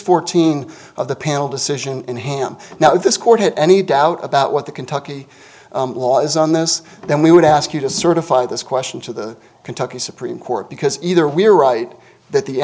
fourteen of the panel decision and ham now this court had any doubt about what the kentucky law is on this then we would ask you to certify this question to the kentucky supreme court because either we are right that the